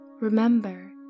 remember